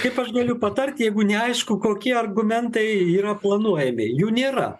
kaip aš galiu patart jeigu neaišku kokie argumentai yra planuojami jų nėra